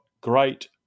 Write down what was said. great